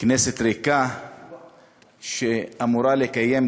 אפילו לא ראוי שנתייחס